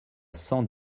cent